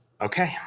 Okay